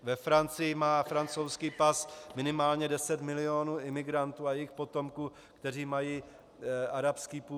Ve Francii má francouzský pas minimálně deset milionů imigrantů a jejich potomků, kteří mají arabský původ.